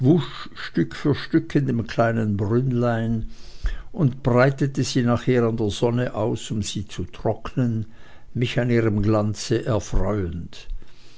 stück für stück in dem kleinen brünnlein und breitete sie nachher an der sonne aus um sie zu trocknen mich an ihrem glanze erfreuend